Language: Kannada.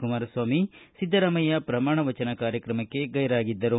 ಕುಮಾರಸ್ವಾಮಿ ಸಿದ್ದರಾಮಯ್ಯ ಪ್ರಮಾಣ ವಚನ ಕಾರ್ಯಕ್ರಮಕ್ಕೆ ಗೈರಾಗಿದ್ದರು